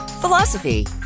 philosophy